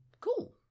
Cool